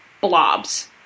blobs